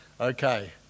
Okay